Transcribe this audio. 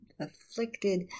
afflicted